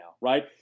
right